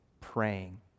praying